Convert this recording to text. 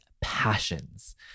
passions